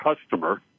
customer